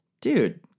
dude